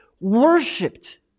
worshipped